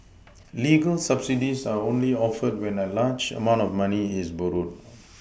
legal subsidies are only offered when a large amount of money is borrowed